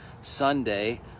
Sunday